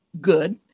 good